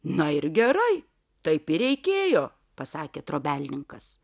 na ir gerai taip ir reikėjo pasakė trobelninkas